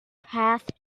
path